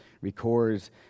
records